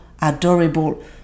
adorable